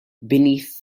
beneath